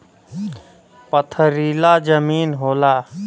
पथरीला जमीन होला